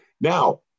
Now